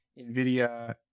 NVIDIA